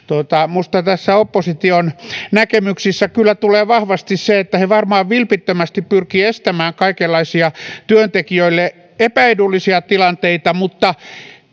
minusta opposition näkemyksissä kyllä tulee vahvasti se että he varmaan vilpittömästi pyrkivät estämään kaikenlaisia työntekijöille epäedullisia tilanteita mutta